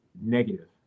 negative